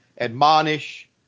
admonish